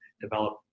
develop